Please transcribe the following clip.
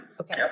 Okay